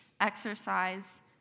exercise